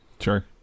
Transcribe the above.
Sure